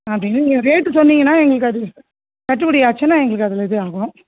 அப்படின்னு நீங்கள் ரேட்டு சொன்னிங்கன்னா எங்களுக்கு அது கட்டுப்படி ஆச்சுன்னா எங்களுக்கு அதில் இதா ஆகும்